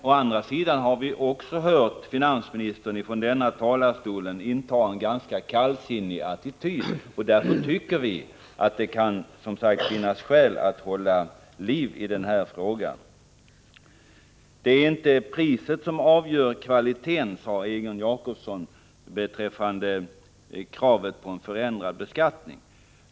Å andra sidan har vi också upplevt att finansministern i denna talarstol intagit en ganska kallsinnig 33 attityd härvidlag. Därför tycker vi att det kan finnas skäl att hålla frågan vid liv. Det är inte priset som avgör kvaliteten, sade Egon Jacobsson beträffande kravet på ändrad beskattning.